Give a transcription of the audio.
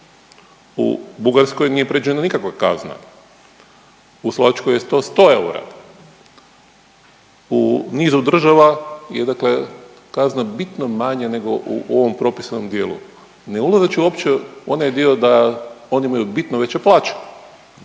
u Bugarskoj nije predviđena nikakva kazna, u Slovačkoj je to 100 eura, u nizu država je dakle kazna bitno manja nego u ovom propisanom dijelu ne ulazeći uopće u onaj dio da oni imaju bitno veće plaće.